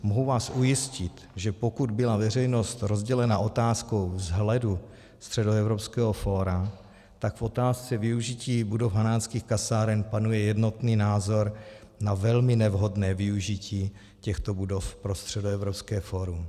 Mohu vás ujistit, že pokud byla veřejnost rozdělena otázkou vzhledu Středoevropského fóra, tak v otázce využití budov Hanáckých kasáren panuje jednotný názor na velmi nevhodné využití těchto budov pro Středoevropské fórum.